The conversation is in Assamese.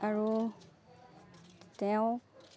আৰু তেওঁক